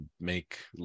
make